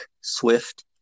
swift